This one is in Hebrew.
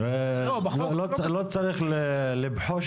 שאתה רוצה לתכנן